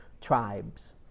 tribes